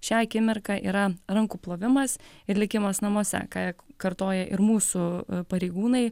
šią akimirką yra rankų plovimas ir likimas namuose ką kartoja ir mūsų pareigūnai